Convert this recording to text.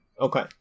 Okay